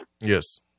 Yes